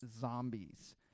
Zombies